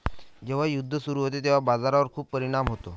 जेव्हा युद्ध सुरू होते तेव्हा बाजारावर खूप परिणाम होतो